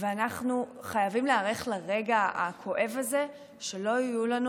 ואנחנו חייבים להיערך לרגע הכואב הזה שלא יהיו לנו